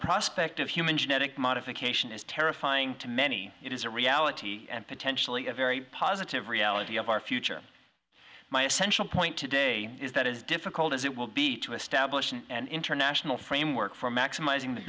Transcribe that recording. prospect of human genetic modification is terrifying to many it is a reality and potentially a very positive reality of our future my essential point today is that as difficult as it will be to establish an international framework for maximizing the